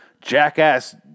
jackass